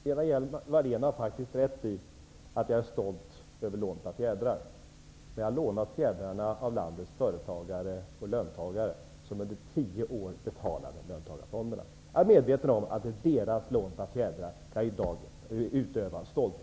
Herr talman! Lena Hjelm-Wallén har faktiskt rätt i att jag är stolt över lånta fjädrar. Men jag har lånat fjädrarna av landets företagare och löntagare som under tio år betalade löntagarfonderna. Jag är medveten om att det är med dessa lånta fjädrar jag i dag kan vara stolt.